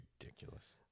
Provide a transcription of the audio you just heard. Ridiculous